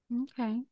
Okay